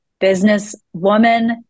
businesswoman